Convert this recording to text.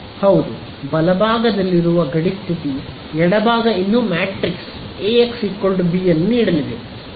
ಹೌದು ಬಲಭಾಗದಲ್ಲಿರುವ ಗಡಿ ಸ್ಥಿತಿ ಎಡಭಾಗ ಇನ್ನೂ ಮ್ಯಾಟ್ರಿಕ್ಸ್ ಎ ಎಕ್ಸ್ ಬಿ ಅನ್ನು ನೀಡಲಿದೆ